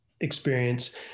experience